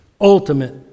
ultimate